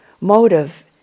motive